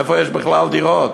איפה יש בכלל דירות?